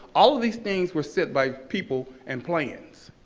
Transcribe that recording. all of these things were set by people and plans.